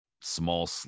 small